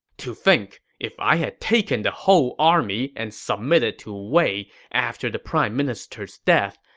to think, if i had taken the whole army and submitted to wei after the prime minister's death,